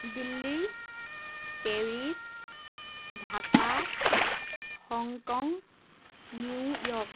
Delhi Paris Dhaka Hong Kong New York